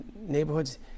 neighborhoods